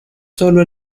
sólo